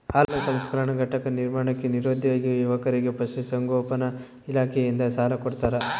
ಹಾಲು ಸಂಸ್ಕರಣಾ ಘಟಕ ನಿರ್ಮಾಣಕ್ಕೆ ನಿರುದ್ಯೋಗಿ ಯುವಕರಿಗೆ ಪಶುಸಂಗೋಪನಾ ಇಲಾಖೆಯಿಂದ ಸಾಲ ಕೊಡ್ತಾರ